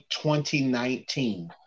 2019